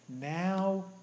now